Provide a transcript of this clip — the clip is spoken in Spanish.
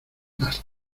las